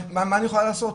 מה אני יכולה לעשות?